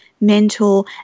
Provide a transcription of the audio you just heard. mentor